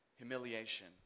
humiliation